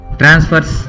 transfers